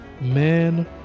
man